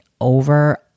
over